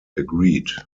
agreed